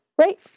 Right